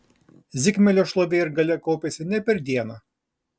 zigmelio šlovė ir galia kaupėsi ne per dieną